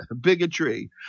bigotry